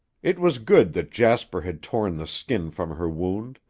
it was good that jasper had torn the skin from her wound,